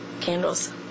candles